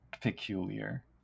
peculiar